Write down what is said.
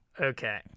Okay